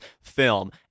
film